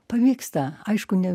pavyksta aišku ne